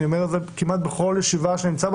אני אומר את זה כמעט בכל ישיבה שאני נמצא בה,